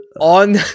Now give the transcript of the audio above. on